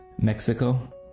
mexico